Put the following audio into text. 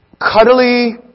cuddly